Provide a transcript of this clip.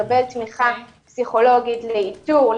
לקבל תמיכה פסיכולוגית לאיתור,